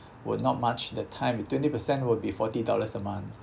we're not much that time twenty per cent will be forty dollars a month